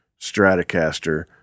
Stratocaster